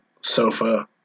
Sofa